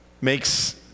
makes